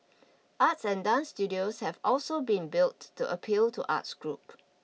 arts and dance studios have also been built to appeal to arts groups